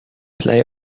play